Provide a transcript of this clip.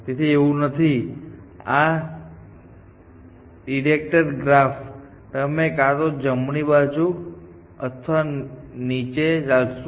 તેથી એવું નથી આ ડિરેકટેડ ગ્રાફ તમે કાં તો જમણી બાજુ અથવા નીચે ચાલશો